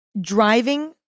driving